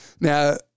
Now